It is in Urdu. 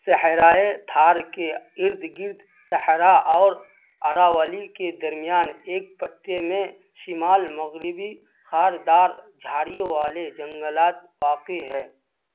صحرائے تھار کے ارد گرد صحرا اور اراولی کے درمیان ایک پٹے میں شمال مغربی خار دار جھاڑیوں والے جنگلات واقع ہیں